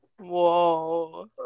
Whoa